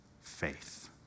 faith